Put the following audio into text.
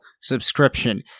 subscription